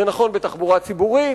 זה נכון בתחבורה ציבורית,